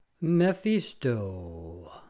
Mephisto